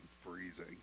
freezing